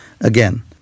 again